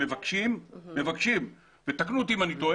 שמבקשים ותקנו אותי אם אני טועה